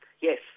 yes